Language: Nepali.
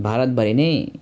भारतभरि नै